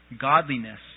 Godliness